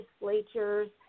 legislatures